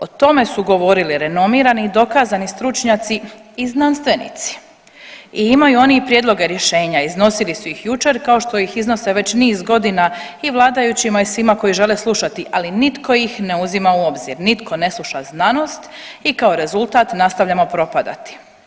O tome su govorili renomirani i dokazani stručnjaci i znanstvenici i imaju oni prijedloge rješenja, iznosili su ih jučer kao što ih iznose već niz godina i vladajućima i svima koji žele slušati, ali nitko ih ne uzima u obzir, nitko ne sluša znanost i kao rezultat nastavljamo propadati.